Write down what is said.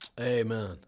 Amen